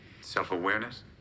self-awareness